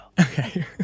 Okay